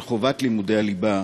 של חובת לימודי הליבה,